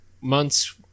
months